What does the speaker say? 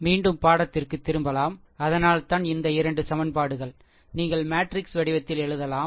மீண்டும் பாடத்திற்க்கு திரும்பலாம் அதனால்தான் இந்த 2 சமன்பாடுகள் நீங்கள் மேட்ரிக்ஸ் வடிவத்தில் எழுதலாம் சரியா